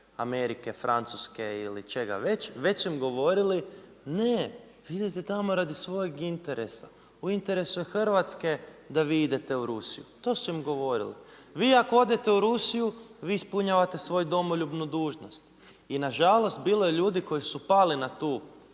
Amerike, Francuske ili čega već, već su im govorili ne, vi idete tamo radi svojeg interesa. U interesu je Hrvatske da vi idete u Rusiju, to su im govorili. Vi ako odete u Rusiju vi ispunjavate svoju domoljubnu dužnost. I na žalost bilo je ljudi koji su pali na tu